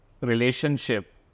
relationship